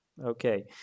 Okay